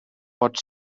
pot